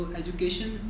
education